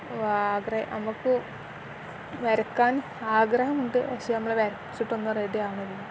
ആഗ്രഹം നമുക്ക് വരക്കാൻ ആഗ്രഹമുണ്ട് പക്ഷെ നമ്മൾ വരച്ചിട്ടൊന്നും റെഡിയാകുന്നില്ല